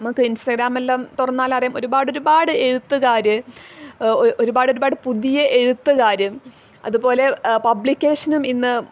നമുക്ക് ഇസ്റ്റഗ്രാമെല്ലാം തുറന്നാലറിയാം ഒരുപാട് ഒരുപാട് എഴുത്തുകാർ ഒരുപാട് ഒരുപാട് പുതിയ എഴുത്തുകാരും അതുപോലെ പബ്ലിക്കേഷനും ഇന്ന്